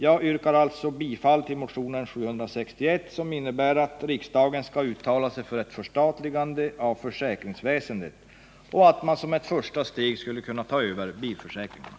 Jag yrkar alltså bifall till motionen 761, som innebär att riksdagen skall uttala sig för ett förstatligande av försäkringsväsendet och att man som ett första steg skulle kunna ta över bilförsäkringarna.